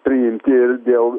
priimti ir dėl